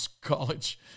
college